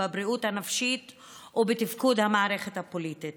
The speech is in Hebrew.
בבריאות הנפשית ובתפקוד המערכת הפוליטית.